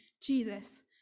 jesus